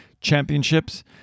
Championships